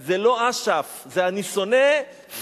זה לא אש"ף, זה "אני שונא פרענקים"